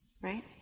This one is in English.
Right